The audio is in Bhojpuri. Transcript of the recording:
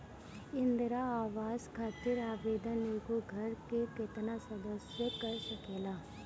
इंदिरा आवास खातिर आवेदन एगो घर के केतना सदस्य कर सकेला?